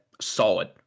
solid